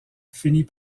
finit